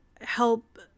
help